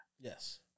Yes